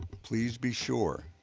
please be sure,